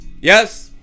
Yes